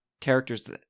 Characters